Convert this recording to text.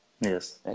Yes